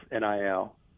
NIL